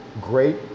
great